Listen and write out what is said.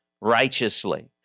righteously